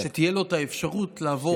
שתהיה לו את האפשרות לעבור.